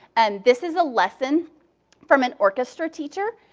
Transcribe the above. and this is a lesson from an orchestra teacher,